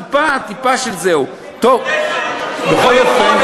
טיפה, טיפה של זהו, טוב, בכל אופן,